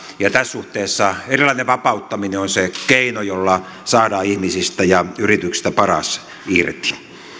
ja tässä suhteessa eräänlainen vapauttaminen on se keino jolla saadaan ihmisistä ja yrityksistä paras irti